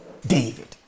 David